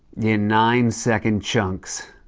in nine-second chunks.